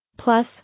Plus